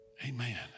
Amen